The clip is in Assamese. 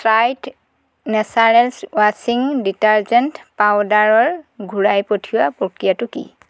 টাইড নেচাৰেলছ ৱাশ্বিং ডিটাৰজেন্ট পাউদাৰৰ ঘূৰাই পঠিওৱাৰ প্ৰক্ৰিয়াটো কি